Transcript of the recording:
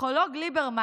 הפסיכולוג ליברמן,